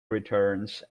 returns